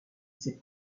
ses